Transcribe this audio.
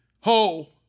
Ho